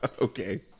Okay